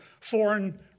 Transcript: foreign